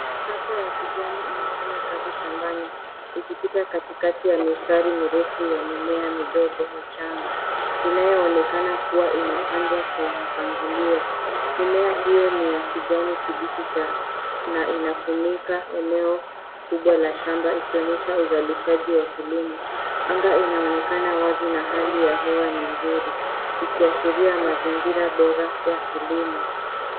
Traktor ya kijani inafanya kazi shambani ikipita katikati ya mistari mirefu ya mimea midogo michanga inayoonekana kuwa imepandwa kwa mpangilio. Mimea hiyo ni ya kijani kibichi na inafunika eneo kubwa la shamba ikionyesha uzalishaji wa kilimo. Anga inaoenkana wazi na hali ya hewa ni nzuri ikiashiria mazingira bora ya kilimo.